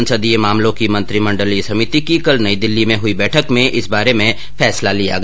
संसदीय मामलों की मंत्रिमंडलीय समिति की कल नई दिल्ली में हुई बैठक में इस बारे में फैसला लिया गया